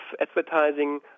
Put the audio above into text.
advertising